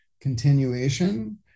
continuation